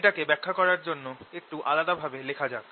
এটাকে ব্যাখ্যা করার জন্য এটাকে একটু আলাদা ভাবে লেখা যাক